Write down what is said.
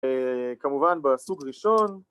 כמובן בסוג ראשון